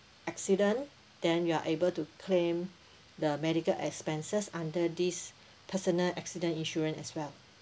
accident then you're able to claim the medical expenses under this personal accident insurance as well